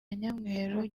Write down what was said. nyamweru